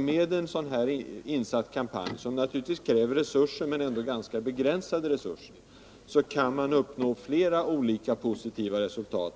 Med en sådan här kampanj, som naturligtvis kräver resurser men ganska begränsade sådana, kan man uppnå flera olika positiva resultat.